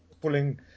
pulling